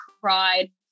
cried